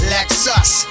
Lexus